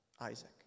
Isaac